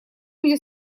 мне